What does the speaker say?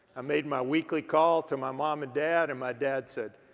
i made my weekly call to my mom and dad and my dad said,